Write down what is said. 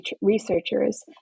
researchers